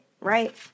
right